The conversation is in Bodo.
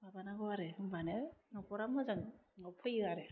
माबा नांगौ आरो होनबानो न'खरा मोजाङाव फैयो आरो